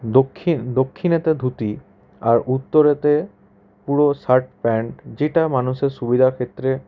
দক্ষিণ দক্ষিণেতে ধুতি আর উত্তরেতে পুরো শার্ট প্যান্ট যেটা মানুষের সুবিধা ক্ষেত্রে